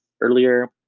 earlier